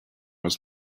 was